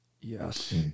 Yes